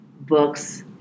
books